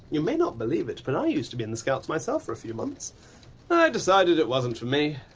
you may not believe it, but i used to be in the scouts myself, for a few months. i decided it wasn't for me.